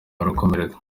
barakomereka